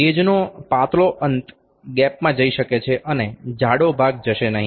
ગેજનો પાતળો અંત ગેપમાં જઈ શકે છે અને જાડો ભાગ જશે નહી